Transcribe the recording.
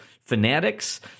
Fanatics